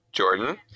Jordan